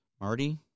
Marty